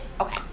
okay